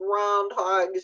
groundhogs